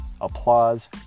applause